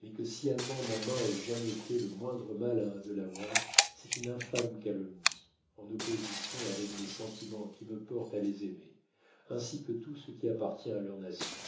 mais que sciemment ma main ait jamais fait le moindre mal à un delaware c'est une infâme calomnie en opposition avec mes sentiments qui me portent à les aimer ainsi que tout ce qui appartient à leur nation